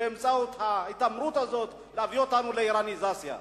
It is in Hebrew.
באמצעות ההתעמרות הזאת, להביא אותנו לאירניזציה.